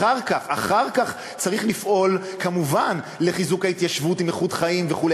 אחר כך צריך לפעול כמובן לחיזוק ההתיישבות עם איכות חיים וכו'.